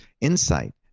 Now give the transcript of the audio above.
insight